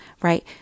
Right